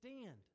stand